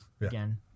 again